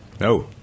No